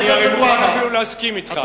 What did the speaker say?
אני מוכן להסכים אתך,